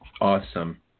Awesome